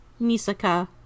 Nisaka